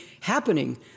happening